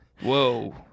Whoa